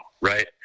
right